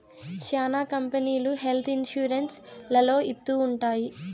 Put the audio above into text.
శ్యానా కంపెనీలు health insurance లలో ఇత్తూ ఉంటాయి